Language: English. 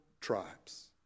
tribes